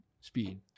speed